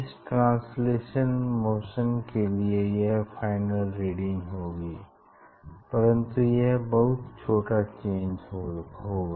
इस translational motion के लिए यह फाइनल रीडिंग होगी परन्तु यह बहुत छोटा चेंज होगा